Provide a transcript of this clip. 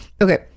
Okay